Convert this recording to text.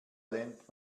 lernt